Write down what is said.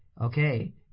okay